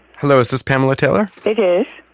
hello. is this pamela taylor? it is.